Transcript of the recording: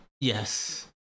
Yes